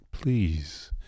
please